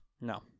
no